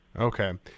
Okay